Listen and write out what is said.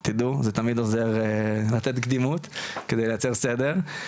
תדעו, זה תמיד עוזר לתת קדימות, כדי לייצר סדר.